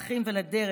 ארץ אחרת.